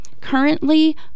Currently